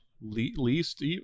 least